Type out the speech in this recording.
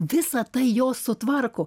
visa tai jos sutvarko